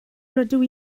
rydw